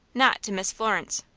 not to miss florence.